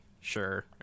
sure